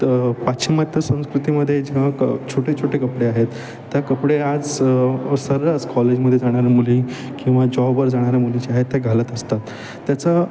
त पाश्चिमात्य संस्कृतीमध्ये जेव्हा क छोटे छोटे कपडे आहेत त्या कपडे आज स सर्रास कॉलेजमध्ये जाणाऱ्या मुली किंवा जॉबवर जाणाऱ्या मुली ज्या आहेत त्या घालत असतात त्याचं